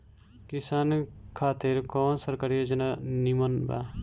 किसान खातिर कवन सरकारी योजना नीमन बा?